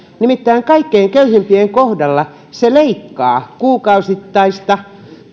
nimittäin kaikkein köyhimpien kohdalla se leikkaa kuukausittaista